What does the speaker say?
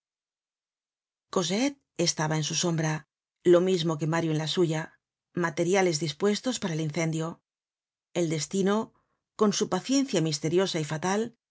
cosette estaba en su sombra lo misino que mario en la suya materiales dispuestos para el incendio el destino con su paciencia misteriosa y fatal